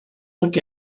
look